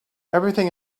everything